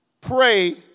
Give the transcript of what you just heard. Pray